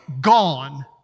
Gone